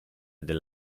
del